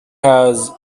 has